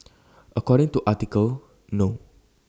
according to article no